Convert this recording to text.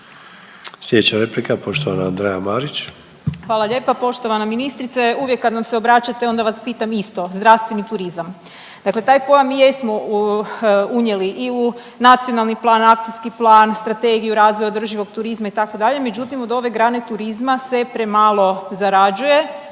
Slijedeća replika poštovana Andreja Marić. **Marić, Andreja (SDP)** Hvala lijepa. Poštovana ministrice uvijek kad nam se obraćate onda vas pitam isto. Zdravstveni turizam. Dakle, taj pojam mi jesmo unijeli i u nacionalni plan, akcijski plan, Strategiju razvoja održivog turizma itd. međutim od ove grane turizma se premalo zarađuje,